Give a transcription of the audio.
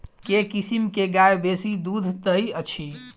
केँ किसिम केँ गाय बेसी दुध दइ अछि?